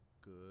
good